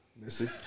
Missy